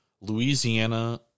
Louisiana